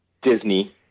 Disney